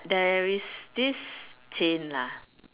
there is this chain lah